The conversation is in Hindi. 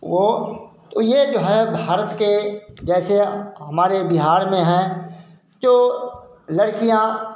वह यह जो है भारत के जैसे हमारे बिहार में है जो लड़कियाँ